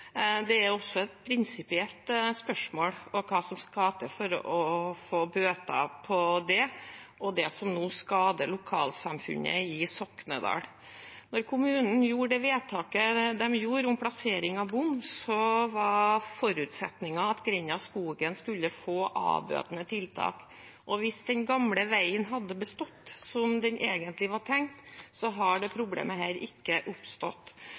Det er også et prinsipielt spørsmål om hva som skal til for å få bøte på det, og det som nå skader lokalsamfunnet i Soknedal. Da kommunen gjorde det vedtaket de gjorde om plassering av bom, var forutsetningen at grenda Skogen skulle få avbøtende tiltak. Hvis den gamle veien hadde bestått, slik det egentlig var tenkt, hadde dette problemet ikke oppstått.